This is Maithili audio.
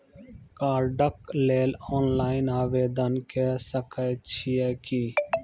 कार्डक लेल ऑनलाइन आवेदन के सकै छियै की?